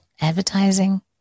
advertising